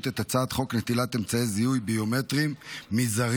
את הצעת חוק נטילת אמצעי זיהוי ביומטריים מזרים,